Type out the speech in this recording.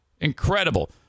Incredible